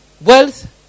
wealth